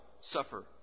suffer